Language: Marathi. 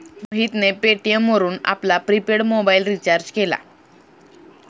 मोहितने पेटीएम वरून आपला प्रिपेड मोबाइल रिचार्ज केला